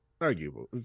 Arguable